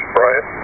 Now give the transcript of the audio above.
Brian